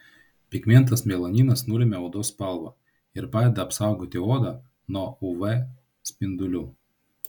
pigmentas melaninas nulemia odos spalvą ir padeda apsaugoti odą nuo uv spindulių